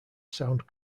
sound